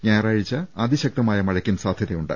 ഞായറാഴ്ച്ച അതിശക്തമായ മഴയ്ക്കും സാധൃതയുണ്ട്